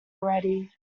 already